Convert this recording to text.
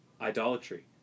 idolatry